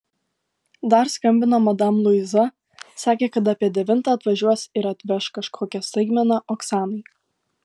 dar skambino madam luiza sakė kad apie devintą atvažiuos ir atveš kažkokią staigmeną oksanai